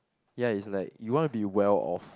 ya is like you want to be well off